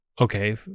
Okay